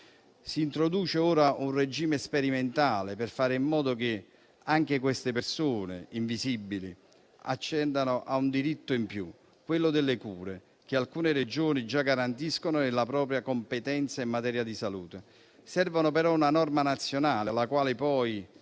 Si introduce ora un regime sperimentale per fare in modo che anche queste persone invisibili accedano a un diritto in più, quello delle cure, che alcune Regioni già garantiscono nella propria competenza in materia di salute. Serve però una norma nazionale alla quale poi